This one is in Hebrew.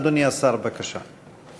אדוני השר, בבקשה.